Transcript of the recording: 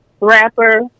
rapper